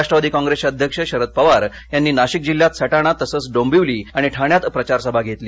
राष्ट्रवादी काँप्रेसचे अध्यक्ष शरद पवार यांनी नाशिक जिल्ह्यात सटाणा तसंच डोंबिवली आणि ठाण्यात प्रचार सभा घेतली